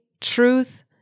truth